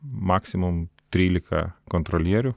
maksimum trylika kontrolierių